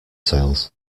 sales